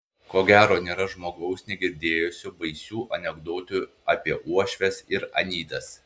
ko gero nėra žmogaus negirdėjusio baisių anekdotų apie uošves ir anytas